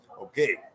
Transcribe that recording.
Okay